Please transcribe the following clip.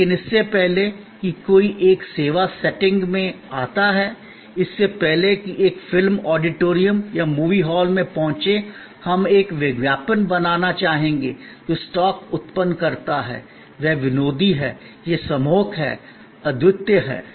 लेकिन इससे पहले कि कोई एक सेवा सेटिंग में आता है इससे पहले कि एक फिल्म ऑडिटोरियम या मूवी हॉल में पहुंचे हम एक विज्ञापन बनाना चाहेंगे जो स्टॉक उत्पन्न करता है वह विनोदी है यह सम्मोहक है अद्वितीय है